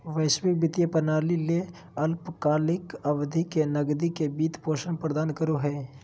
वैश्विक वित्तीय प्रणाली ले अल्पकालिक अवधि के नकदी के वित्त पोषण प्रदान करो हइ